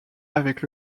avec